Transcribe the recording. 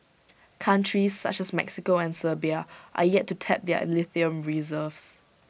countries such as Mexico and Serbia are yet to tap their lithium reserves